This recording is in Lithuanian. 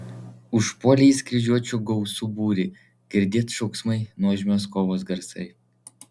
užpuolė jis kryžiuočių gausų būrį girdėt šauksmai nuožmios kovos garsai